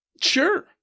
Sure